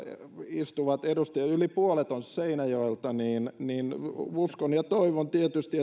istuvista edustajista yli puolet on seinäjoelta en malta olla sanomatta että uskon ja toivon tietysti